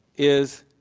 is